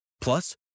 Plus